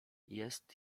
jest